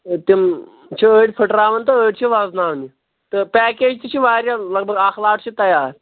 تِم چھِ أڑۍ پھٕٹراوان تہٕ أڑۍ چھِ وَزناونہِ تہٕ پیکیج تہِ چھِ واریاہ لگ بگ اکھ لاٹ چھِ تَیار